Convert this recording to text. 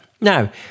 Now